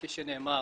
כפי שנאמר,